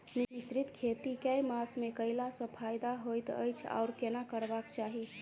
मिश्रित खेती केँ मास मे कैला सँ फायदा हएत अछि आओर केना करबाक चाहि?